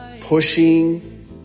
pushing